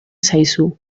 zaizu